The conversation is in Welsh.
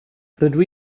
rydw